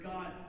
God